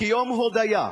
כיום הודיה,